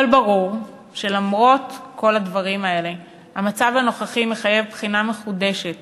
אבל ברור שלמרות כל הדברים האלה המצב הנוכחי מחייב בחינה מחודשת